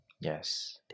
Yes